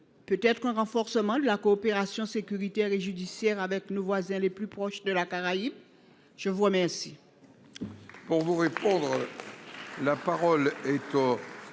vous à un renforcement de la coopération sécuritaire et judiciaire avec nos voisins les plus proches de la Caraïbe ? La parole